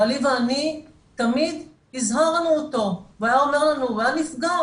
בעלי ואני תמיד הזהרנו אותו והוא היה נפגע,